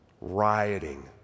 rioting